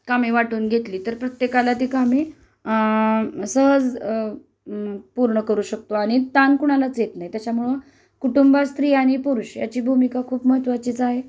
कामे वाटून घेतली तर प्रत्येकाला ती कामे सहज पूर्ण करू शकतो आणि ताण कुणालाच येत नाही त्याच्यामुळं कुटुंबात स्त्री आणि पुरुष याची भूमिका खूप महत्त्वाचीच आहे